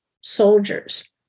soldiers